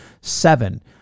seven